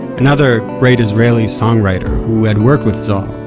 another great israeli songwriter who had worked with zohar,